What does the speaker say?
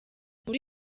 muri